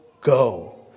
go